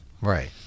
right